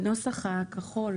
בנוסח הכחול,